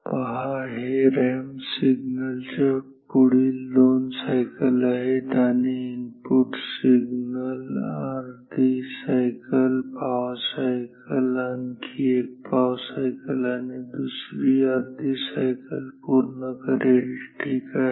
पहा हे ramp signal च्या पुढील 2 सायकल आहेत आणि इनपुट सिग्नल अर्धी सायकल पाव सायकल आणखी एक पाव सायकल आणि दुसरी अर्धी सायकल पूर्ण करेल ठीक आहे